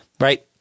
right